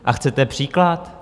A chcete příklad?